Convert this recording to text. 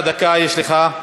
בבקשה, דקה יש לך.